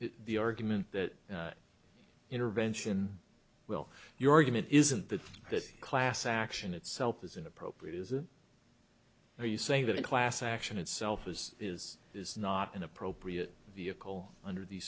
the argument that intervention will your argument isn't that this class action itself is inappropriate is a are you saying that a class action itself was is is not an appropriate vehicle under these